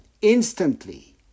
instantly